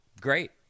great